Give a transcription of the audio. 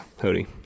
Hoodie